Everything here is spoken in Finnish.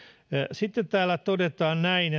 sitten täällä todetaan näin